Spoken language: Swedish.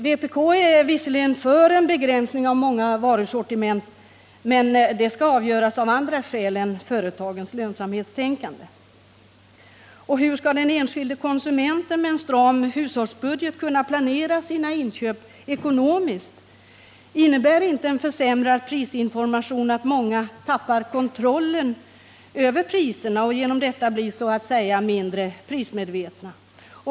Vpk är visserligen för en begränsning av många varusortiment, men begränsningen skall avgöras av andra skäl än företagens lönsamhetstänkande. Och hur skall den enskilde konsumenten med en stram hushållsbudget kunna planera sina inköp ekonomiskt? Innebär inte en försämrad prisinformation att många tappar kontrollen över priserna och därigenom blir så att säga mindre prismedvetna?